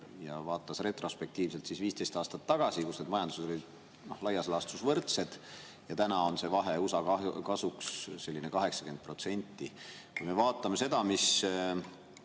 vaatas retrospektiivselt 15 aastat tagasi, kui need majandused olid laias laastus võrdsed. Nüüd on see vahe USA kasuks, selline 80%. Vaatame seda, mis